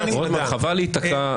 לחלוטין,